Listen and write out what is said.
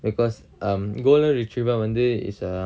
because golden retriever வந்து:vanthu is a